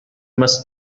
must